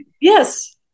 Yes